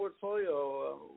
portfolio